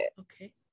Okay